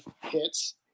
hits